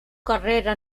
carrera